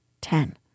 Ten